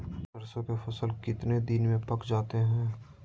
सरसों के फसल कितने दिन में पक जाते है?